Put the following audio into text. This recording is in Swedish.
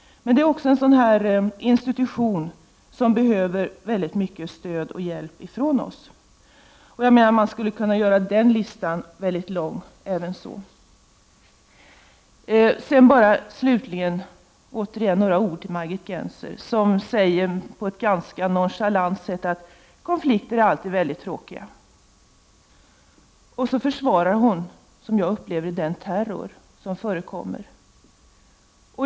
Detta är en sådan institution som behöver mycket stöd och hjälp från oss. Man skulle kunna göra listan över sådana organisationer mycket lång. Slutligen återigen några ord till Margit Gennser, som på ett ganska nonchalant sätt säger: Konflikter är alltid väldigt tråkiga. Sedan fortsätter hon med att, som jag uppfattar det, försvara den terror som förekommer.